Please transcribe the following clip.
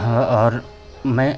हाँ और मैं